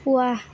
ৱাহ